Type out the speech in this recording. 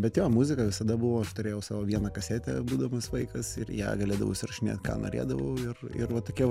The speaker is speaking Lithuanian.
bet jo muzika visada buvo aš turėjau savo vieną kasetę būdamas vaikas ir ją galėdavau įsirašinėti ką norėdavau ir ir va tokie